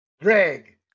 Greg